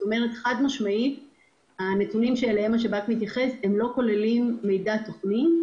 הנתונים שאליהם השב"כ מתייחס לא כוללים מידע תוכני.